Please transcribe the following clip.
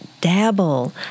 dabble